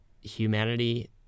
humanity